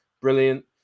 brilliant